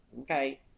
okay